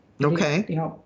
Okay